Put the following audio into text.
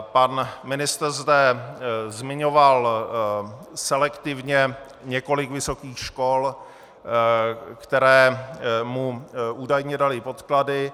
Pan ministr zde zmiňoval selektivně několik vysokých škol, které mu údajně daly podklady.